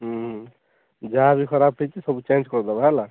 ହୁଁ ହୁଁ ଯାହା ବି ଖରାପ ହେଇଛି ସବୁ ଚେଞ୍ଜ କରିଦେବା ହେଲା